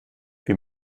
wie